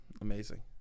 Amazing